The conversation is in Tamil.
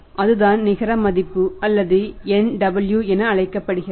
அதுதான் நிகர மதிப்பு அல்லது NW என அழைக்கப்படுகிறது